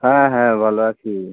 হ্যাঁ হ্যাঁ ভালো আছি